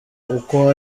ukwo